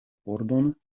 pordon